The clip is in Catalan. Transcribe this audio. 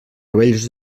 rovells